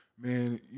man